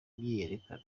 myiyerekano